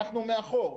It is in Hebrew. אנחנו מאחור.